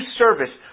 service